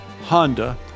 Honda